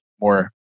more